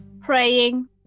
Praying